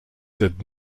did